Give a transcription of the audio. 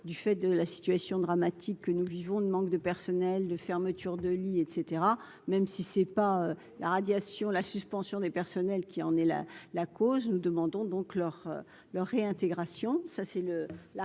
du fait de la situation dramatique que nous vivons ne manque de personnel, de fermetures de lits et cetera, même si c'est pas la radiation, la suspension des personnels qui en est là, la cause nous demandons donc leur leur réintégration,